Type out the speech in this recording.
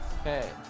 Okay